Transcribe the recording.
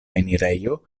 enirejo